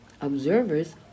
observers